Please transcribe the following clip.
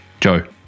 Joe